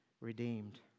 redeemed